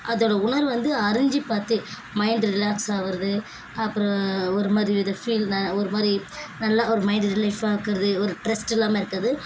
அதோடய உணர்வை வந்து அறிஞ்சி பார்த்து மைண்ட் ரிலாக்ஸ் ஆகுறது அப்புறம் ஒருமாதிரி வித ஃபீல் ஒருமாதிரி நல்லா ஒரு மைண்ட் ரிலீஃப் ஆக்குறது ஒரு ட்ரஸ்ட் இல்லாமல் இருக்கிறது